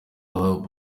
aho